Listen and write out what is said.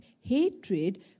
hatred